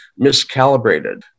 miscalibrated